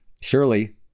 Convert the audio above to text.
surely